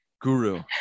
Guru